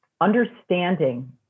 understanding